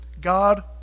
God